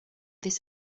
this